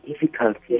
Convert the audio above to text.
difficulties